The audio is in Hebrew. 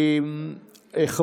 מס'